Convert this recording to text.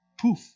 poof